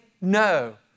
no